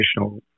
additional